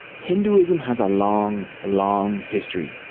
hinduism has a long long history.